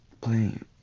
Playing